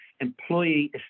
employee